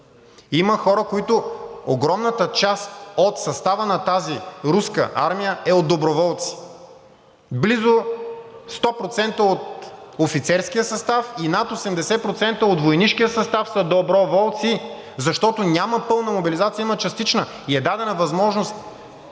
Има хора, които огромната част от състава на тази руска армия е от доброволци. Близо 100% от офицерския състав и над 80% от войнишкия състав са доброволци, защото няма пълна мобилизация, има частична и е дадена възможност